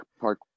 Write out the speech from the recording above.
Park